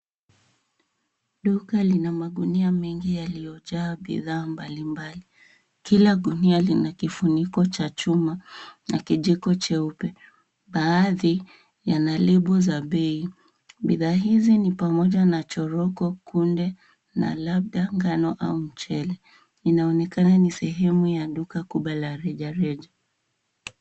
Duka lina magunia mengi yaliyojaa bidhaa mbalimbali. Kila gunia lina kifuniko cha chuma na kijiko cheupe. Pamebandikwa pia bei za bidhaa. Bidhaa hizi ni pamoja na choroko, kunde, na labda mahindi au mchele. Inaonekana kuwa ni sehemu ya duka la rejareja.